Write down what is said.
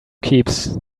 keeps